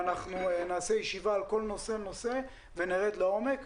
נקיים ישיבה על כל נושא ונושא ונרד לעומק.